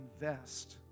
invest